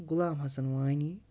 Ghulam Hassan Wani